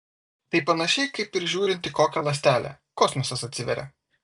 tai panašiai kaip ir žiūrint į kokią ląstelę kosmosas atsiveria